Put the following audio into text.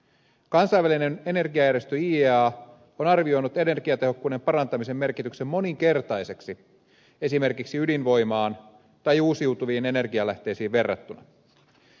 kansainvälinen energiajärjestö iea on arvioinut energiatehokkuuden parantamisen merkityksen moninkertaiseksi esimerkiksi ydinvoimaan tai uusiutuviin energialähteisiin verrattuna